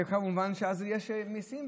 כמובן שאז יש מיסים,